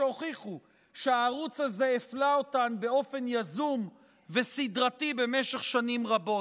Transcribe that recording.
שהוכיחו שהערוץ הזה הפלה אותן באופן יזום וסדרתי במשך שנים רבות.